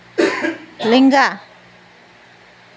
ᱞᱮᱸᱜᱟ